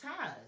ties